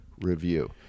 review